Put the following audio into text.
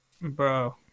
Bro